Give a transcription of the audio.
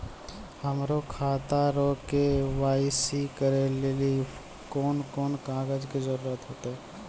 हमरो खाता रो के.वाई.सी करै लेली कोन कोन कागज के जरुरत होतै?